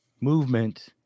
movement